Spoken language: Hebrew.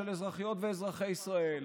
של אזרחיות ואזרחי ישראל.